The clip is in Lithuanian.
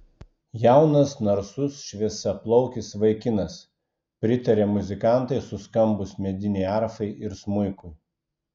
jaunas narsus šviesiaplaukis vaikinas pritarė muzikantai suskambus medinei arfai ir smuikui